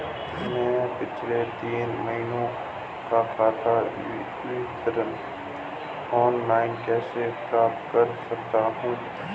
मैं पिछले तीन महीनों का खाता विवरण ऑनलाइन कैसे प्राप्त कर सकता हूं?